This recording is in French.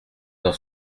dans